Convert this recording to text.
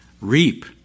reap